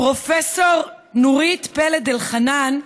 פרופ' נורית פלד-אלחנן,